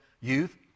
youth